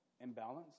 imbalance